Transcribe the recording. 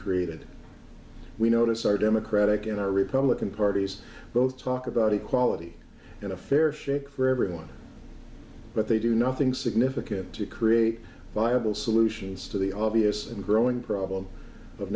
created we notice our democratic and republican parties both talk about equality and a fair shake for everyone but they do nothing significant to create viable solutions to the obvious and growing problem of